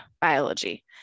biology